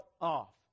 off